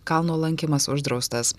kalno lankymas uždraustas